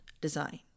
design